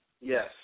Yes